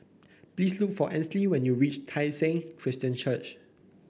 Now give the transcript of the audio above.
please look for Ansley when you reach Tai Seng Christian Church